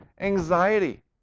anxiety